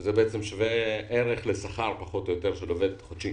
שזה שווה ערך לשכר חודשי של עובד.